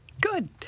Good